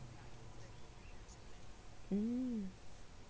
mm